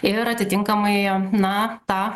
ir atitinkamai na tą